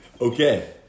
Okay